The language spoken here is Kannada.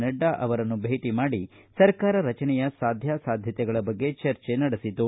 ನಡ್ಡಾ ಅವರನ್ನು ಭೇಟಿ ಮಾಡಿ ಸರ್ಕಾರ ರಚನೆ ಸಾಧ್ಯಾಸಾಧ್ಯತೆಗಳ ಬಗ್ಗೆ ಚರ್ಚೆ ನಡೆಸಿತು